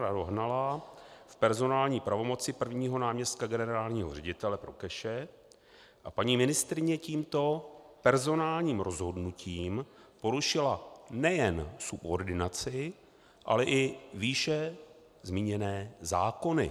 Dohnala v personální pravomoci prvního náměstka generálního ředitele Prokeše a paní ministryně tímto personálním rozhodnutím porušila nejen subordinaci, ale i výše zmíněné zákony.